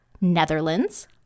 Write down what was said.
Netherlands